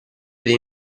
dei